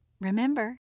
Remember